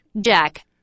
Jack